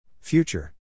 Future